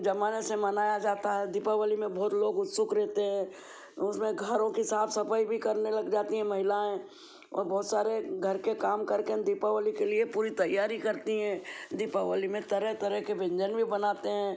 जमाने से मनाया जाता है दीपावली में बहुत लोग उत्सुक रहते हैं उसमें घरों की साफ सफाई भी करने लग जाती हैं महिलाऍं और बहुत सारे घर के काम करके हम दीपावली के लिए पूरी तैयारी करती हैं दीपावली में तरह तरह के व्यंजन भी बनाते हैं